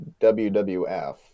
WWF